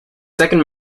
second